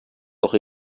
doch